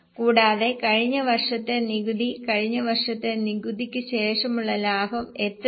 കൂടാതെ കഴിഞ്ഞ വർഷത്തെ നികുതി കഴിഞ്ഞ വർഷത്തെ നികുതിക്ക് ശേഷമുള്ള ലാഭം എത്രയായിരുന്നു